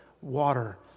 water